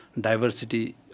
diversity